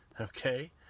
Okay